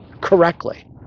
correctly